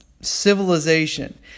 civilization